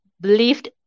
believed